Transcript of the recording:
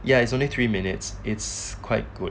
ya it's only three minutes it's quite good